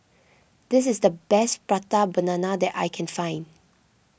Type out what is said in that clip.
this is the best Prata Banana that I can find